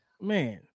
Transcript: Man